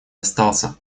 остался